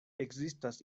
ekzistas